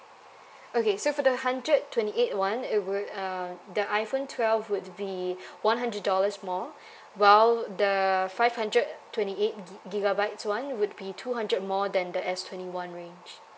okay so for the hundred twenty eight [one] it would uh the iphone twelve would be one hundred dollars more while the five hundred twenty eight gi~ gigabytes [one] would be two hundred more than the S twenty one range